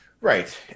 Right